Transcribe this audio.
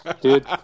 dude